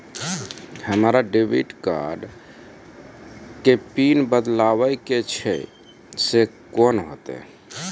हमरा debit card के PIN बदलबावै के छैं से कौन होतै?